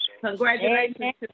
Congratulations